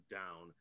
down